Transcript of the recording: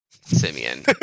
Simeon